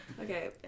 Okay